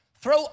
throw